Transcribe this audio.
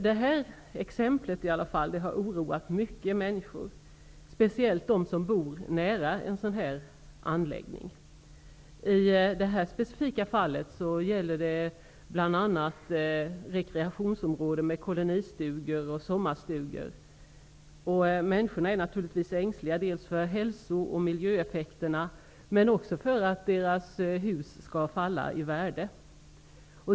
Detta fall har oroat många människor, speciellt de människor som bor nära en sådan anläggning. I detta specifika fall gäller det bl.a. ett rekreationsområde med kolonistugor och sommarstugor. Människorna är naturligtvis ängsliga för hälso och miljöeffekterna. Men de är också ängsliga för att deras hus skall falla i värde.